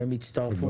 והם יצטרפו ויעזרו.